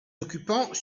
occupants